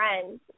friends